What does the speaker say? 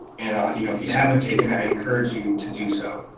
and you know if you haven't taken it, i encourage you to do so.